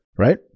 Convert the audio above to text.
Right